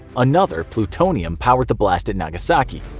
another, plutonium, powered the blast at nagasaki.